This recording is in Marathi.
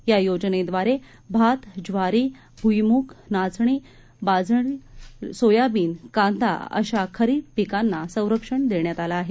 या योजनेद्वारे भात ज्वारी भुईमूग नाचनी बाजरी सोयाबिन कांदा अशा खरीप पिकांना संरक्षण देण्यात आलं आहे